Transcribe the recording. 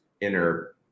inner